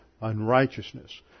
unrighteousness